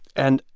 and,